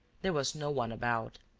there was no one about.